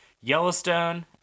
yellowstone